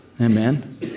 Amen